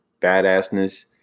badassness